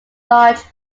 large